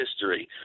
History